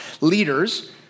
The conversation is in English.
leaders